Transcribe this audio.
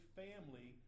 family